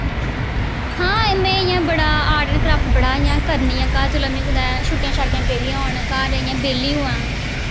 हां में इ'यां बड़ा ऑर्ट एंड क्रॉफ्ट बड़ा इ'यां करनी आं घर जेल्लै मिगी कुदै छुट्टियां छाटियां पेदियां होन घर इ'यां बेह्ली होआं